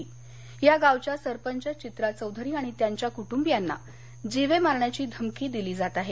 या गडचिंचले गावच्या सरपंच चित्रा चौधरी आणि त्यांच्या कुटुंबियांना जीवे मारण्याची धमकी दिली जात आहे